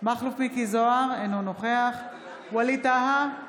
מכלוף מיקי זוהר, אינו נוכח ווליד טאהא,